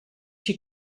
she